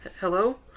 hello